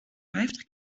vijftig